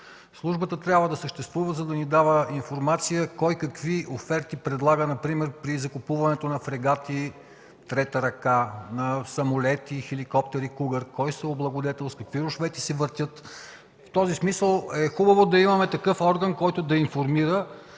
Службата трябва да съществува, за да ни дава информация кой какви оферти предлага например при закупуването на фрегати трета ръка, на самолети, на хеликоптери „Кугър”, кой се е облагодетелствал, какви рушвети се въртят. В този смисъл е хубаво да имаме такъв орган, който да информира